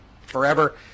forever